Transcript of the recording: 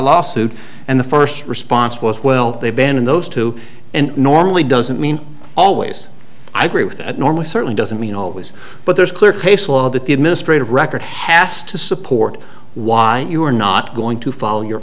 lawsuit and the first response was well they've been in those two and normally doesn't mean always i agree with that normally certainly doesn't mean always but there's a clear case law that the administrative record has to support why you are not going to follow your